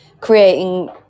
creating